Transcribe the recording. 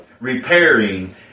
repairing